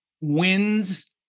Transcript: wins